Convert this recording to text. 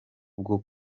ubwo